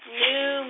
new